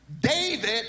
David